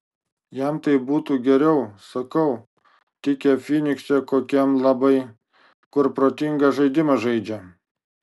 jam tai būtų geriau sakau tikę fynikse kokiam labai kur protinga žaidimą žaidžia